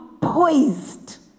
poised